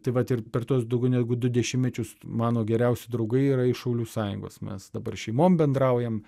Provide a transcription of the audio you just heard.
tai vat ir per tuos daugiau negu du dešimtmečius mano geriausi draugai yra iš šaulių sąjungos mes dabar šeimom bendraujam